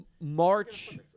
March